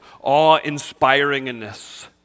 awe-inspiringness